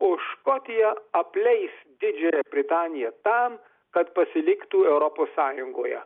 o škotija apleis didžiają britaniją tam kad pasiliktų europos sąjungoje